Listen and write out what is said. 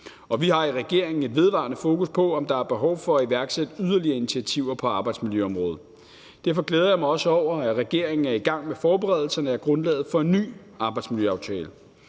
Vi har i regeringen et vedvarende fokus på, om der er behov for at iværksætte yderligere initiativer på arbejdsmiljøområdet. Derfor glæder jeg mig også over, at regeringen er i gang med forberedelserne af grundlaget for en ny arbejdsmiljøaftale.